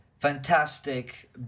fantastic